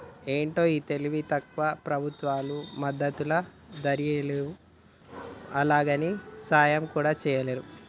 ఏంటో ఈ తెలివి తక్కువ ప్రభుత్వాలు మద్దతు ధరియ్యలేవు, అలాగని సాయం కూడా చెయ్యలేరు